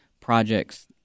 projects